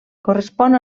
correspon